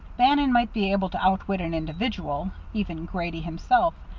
bannon might be able to outwit an individual, even grady himself,